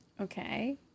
Okay